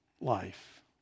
life